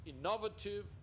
innovative